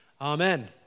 Amen